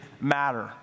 matter